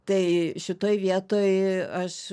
tai šitoj vietoj aš